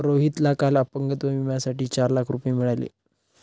रोहितला काल अपंगत्व विम्यासाठी चार लाख रुपये मिळाले